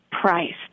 priced